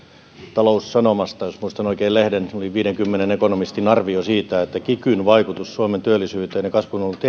taloussanomia jos muistan oikein lehden siinä oli viidenkymmenen ekonomistin arvio siitä että kikyn vaikutus suomen työllisyyteen ja kasvuun on ollut